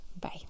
Bye